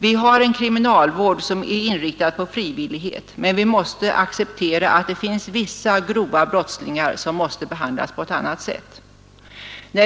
Vi har en kriminalvård som är inriktad på så öppna vårdformer som möjligt, men vi måste acceptera att det finns vissa grova brottslingar som måste behandlas på ett annat sätt.